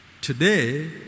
Today